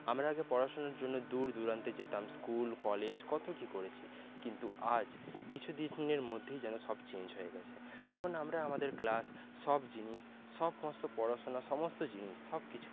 আমরা আগে পড়াশুনার জন্য দূরদূরান্তে যেতাম স্কুল কলেজ কত কি করেছি কিন্তু আজ কিছু দিনের মধ্যেই যেন সব চেঞ্জ হয়ে গেছে এখন আমরা আমাদের ক্লাস সব জিনিস সমস্ত পড়াশুনা সমস্ত জিনিস সব কিছু